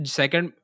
second